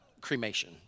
cremation